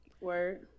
Word